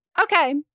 okay